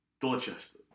Dorchester